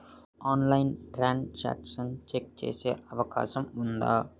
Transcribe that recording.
ఆన్లైన్లో transaction check చేసే అవకాశం ఉందా?